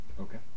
Okay